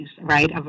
right